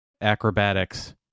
acrobatics